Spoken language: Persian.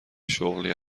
شغلی